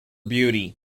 beauty